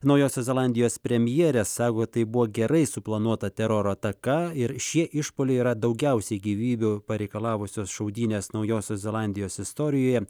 naujosios zelandijos premjerė sako tai buvo gerai suplanuota teroro ataka ir šie išpuoliai yra daugiausiai gyvybių pareikalavusios šaudynės naujosios zelandijos istorijoje